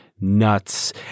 nuts